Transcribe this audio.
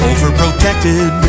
Overprotected